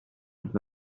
fatto